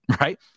Right